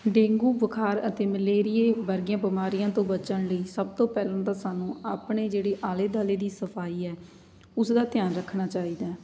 dengue ਬੁਖਾਰ ਅਤੇ ਮਲੇਰੀਏ ਵਰਗੀਆਂ ਬਿਮਾਰੀਆਂ ਤੋਂ ਬਚਣ ਲਈ ਸਭ ਤੋਂ ਪਹਿਲਾਂ ਤਾਂ ਸਾਨੂੰ ਆਪਣੇ ਜਿਹੜੀ ਆਲੇ ਦੁਆਲੇ ਦੀ ਸਫ਼ਾਈ ਹੈ ਉਸ ਦਾ ਧਿਆਨ ਰੱਖਣਾ ਚਾਹੀਦਾ